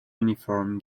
uniform